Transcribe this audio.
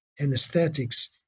anesthetics